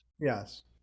Yes